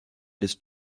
des